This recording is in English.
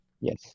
Yes